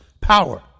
power